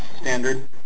standard